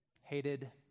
hated